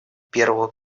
первого